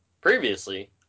Previously